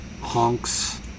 honks